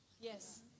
Yes